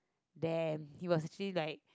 damn he was actually like